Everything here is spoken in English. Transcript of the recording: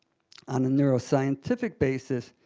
on a neuroscientific basis,